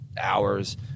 hours